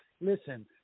Listen